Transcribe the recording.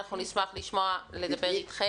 אנחנו נשמח לדבר אתכם.